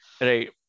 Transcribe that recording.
right